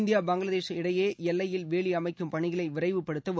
India Bangladesh இடையே எல்லையில் வேலி அமைக்கும் பணிகளை விரைவுப்படுத்தவும்